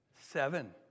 Seven